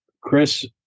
Chris